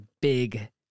big